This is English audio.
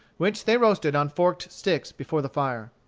which they roasted on forked sticks before the fire.